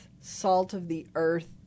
salt-of-the-earth